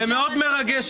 זה מאוד מרגש זה מאוד מרגש,